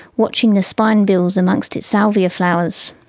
watching the spinebills amongst its salvia flowers.